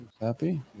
happy